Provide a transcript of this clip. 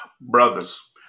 Brothers